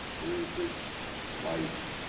where is its life?